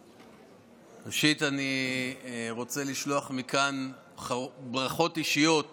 ראשית, אני רוצה לשלוח מכאן ברכות אישיות